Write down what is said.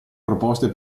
proposte